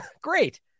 Great